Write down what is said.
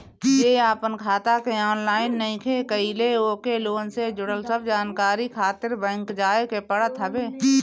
जे आपन खाता के ऑनलाइन नइखे कईले ओके लोन से जुड़ल सब जानकारी खातिर बैंक जाए के पड़त हवे